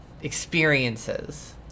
experiences